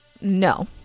no